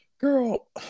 Girl